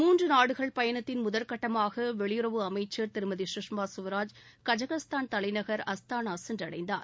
மூன்று நாடுகள் பயணத்தின் முதல் கட்டமாக வெளியுறவு அமைச்சர் திருமதி சுஷ்மா சுவராஜ் கஜகஸ்தான் தலைநகர் அஸ்தானா சென்றடைந்தார்